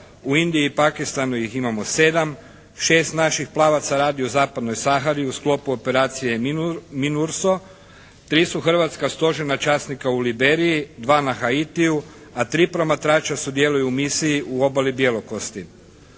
u Indiji i Pakistanu ih imamo 7, 6 naših plavaca radi u zapadnoj Sahari u sklopu operacije MINURSO, 3 su hrvatska stožerna časnika u Liberiji, 2 na Haitiju, a 3 promatrača sudjeluju u misiji u Obali bjelokosti.